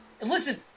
listen